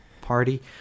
party